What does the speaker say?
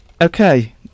Okay